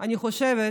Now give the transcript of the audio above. אני חושבת